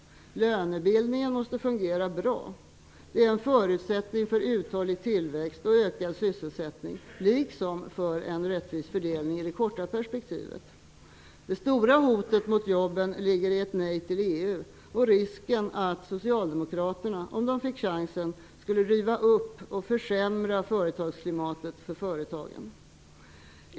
Lönebildningen måste fungera bra. Det är en förutsättning för uthållig tillväxt och ökad sysselsättning, liksom för en rättvis fördelning i det korta perspektivet. Det stora hotet mot jobben ligger i ett nej till EU och risken att Socialdemokraterna, om de fick chansen, skulle riva upp och försämra företagsklimatet för företagen.